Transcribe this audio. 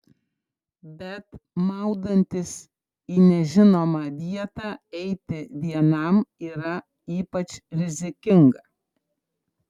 bet maudantis į nežinomą vietą eiti vienam yra ypač rizikinga